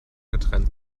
getrennt